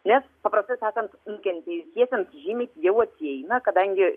nes paprastai sakant nukentėjusiesiems žymiai pigiau atsieina kadangi